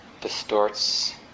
distorts